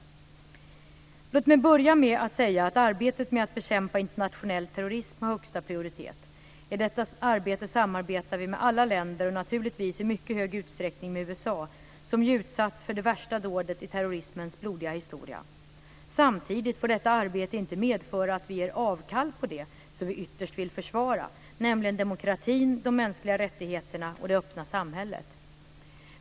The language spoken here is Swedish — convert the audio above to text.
Låt mig börja med att säga att arbetet med att bekämpa internationell terrorism har högsta prioritet. I detta arbete samarbetar vi med alla länder, och naturligtvis i mycket stor utsträckning med USA, som ju utsatts för det värsta dådet i terrorismens blodiga historia. Samtidigt får detta arbete inte medföra att vi ger avkall på det som vi ytterst vill försvara, nämligen demokratin, de mänskliga rättigheterna och det öppna samhället.